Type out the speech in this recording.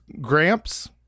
gramps